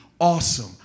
awesome